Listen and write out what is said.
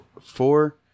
four